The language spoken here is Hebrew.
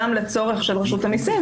גם לצורך של רשות המסים,